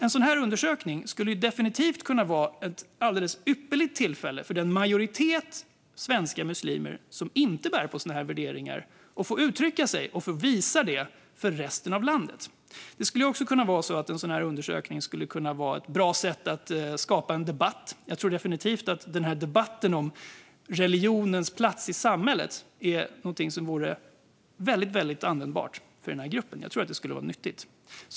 En sådan här undersökning skulle definitivt kunna vara ett alldeles ypperligt tillfälle för den majoritet svenska muslimer som inte bär på sådana här värderingar att få uttrycka sig och visa det för resten av landet. En sådan här undersökning skulle också kunna vara ett bra sätt att skapa en debatt. Jag tror definitivt att debatten om religionens plats i samhället vore användbar för den här gruppen. Jag tror att det skulle vara nyttigt.